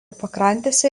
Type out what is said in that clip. pakrantėse